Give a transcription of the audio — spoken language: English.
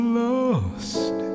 lost